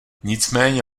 nicméně